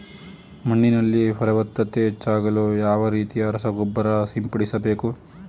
ಮಣ್ಣಿನಲ್ಲಿ ಫಲವತ್ತತೆ ಹೆಚ್ಚಾಗಲು ಯಾವ ರೀತಿಯ ರಸಗೊಬ್ಬರ ಸಿಂಪಡಿಸಬೇಕು?